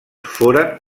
foren